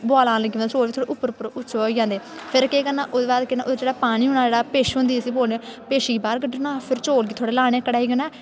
बुआला आह्न लग्गी पौंदा चौल थोह्ड़े उप्पर उप्पर उच्चे होई आंदे फिर केह् करना उ'दे बाद ओह् जेह्ड़ा पानी होना पिछ होंदी जेह्ड़ी पीछ गी बाह्र कड्ढी औड़ना फिर चौल गी थोह्ड़े लाने कढ़ाई